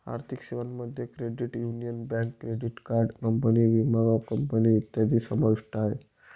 आर्थिक सेवांमध्ये credit union, bank, credit card company, विमा कंपनी इत्यादी समाविष्ट आहे